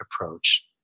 approach